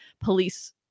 police